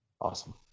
Awesome